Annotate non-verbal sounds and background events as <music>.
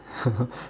<laughs>